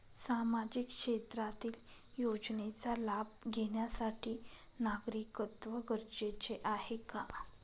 सामाजिक क्षेत्रातील योजनेचा लाभ घेण्यासाठी नागरिकत्व गरजेचे आहे का?